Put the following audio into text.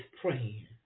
praying